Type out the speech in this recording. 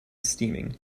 steaming